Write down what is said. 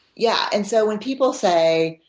yeah. and so when people say,